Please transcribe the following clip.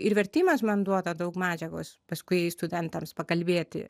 ir vertimas man duoda daug medžiagos paskui studentams pakalbėti